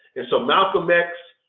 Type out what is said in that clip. and so, malcolm x,